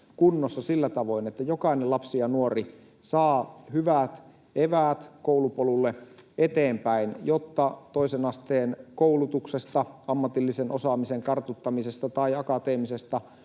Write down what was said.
kunnossa sillä tavoin, että jokainen lapsi ja nuori saa hyvät eväät koulupolulle eteenpäin, jotta toisen asteen koulutuksesta, ammatillisen osaamisen kartuttamisesta tai akateemisesta